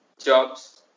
jobs